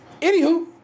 Anywho